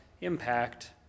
impact